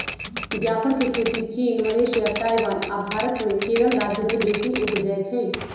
जाफर के खेती चीन, मलेशिया, ताइवान आ भारत मे केरल राज्य में बेशी उपजै छइ